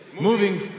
moving